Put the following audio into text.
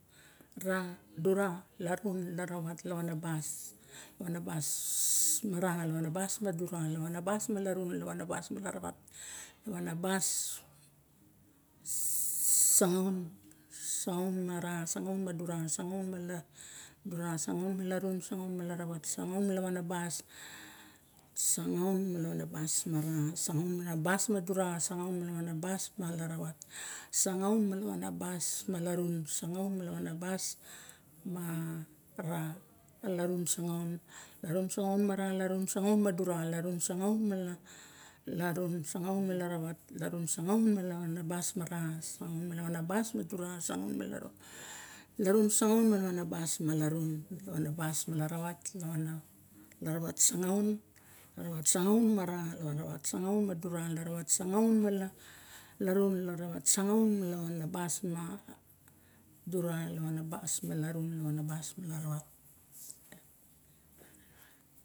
Ra, dura, larun, laravat, lavanabas, lavanaba ma ra, lavanabas ma dura, lavanabas ma larun, lavanabas ma laravat, lavanabas ma sangaun, sangaun ma ra, sangaun ma dura, sangaun ma larun, sangaun ma laravat, sangaun ma lavanabas, sangaun ma lavanabas mara, sangaun ma lavanabas ma dura, sangaun ma lavanabas ma laravat, sangaun ma lavanabas ma larun, sangaun ma lavanabas ma larun sangaun larun sangaun ma ara, larun sangaun ma dura, larun sangaun ma larun, larun sangaun ma laravat, larun sangaun ma lavanabas mara, larun sangaun ma lavanabas ma dura, laravat sangaun, laravat sangaun mara, laravat sangaun ma dura, laravat sangaun ma larun, laravat sangaun ma lavanabas ma dura, lavanabas ma larun, lavanabas ma laravat